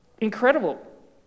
incredible